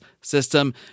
system